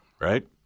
right